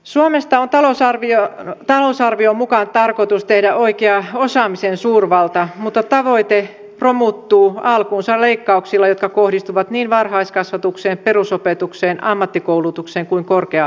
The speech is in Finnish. suomesta on talousarvion mukaan tarkoitus tehdä oikea osaamisen suurvalta mutta tavoite romuttuu alkuunsa leikkauksilla jotka kohdistuvat niin varhaiskasvatukseen perusopetukseen ammattikoulutukseen kuin korkea asteellekin